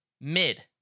mid